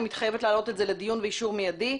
מתחייבת להעלות את זה לדיון ואישור מיידי.